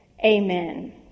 amen